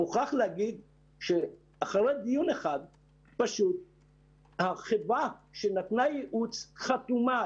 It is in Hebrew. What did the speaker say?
אני מוכרח לומר שאחרי דיון אחד החברה שנתנה ייעוץ חתומה.